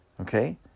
Okay